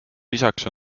lisaks